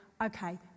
okay